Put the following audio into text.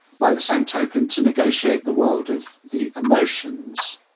by the same token, to negotiate the world of the emotions,